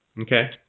Okay